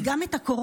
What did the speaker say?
כי גם הקורונה,